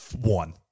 One